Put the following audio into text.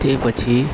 તે પછી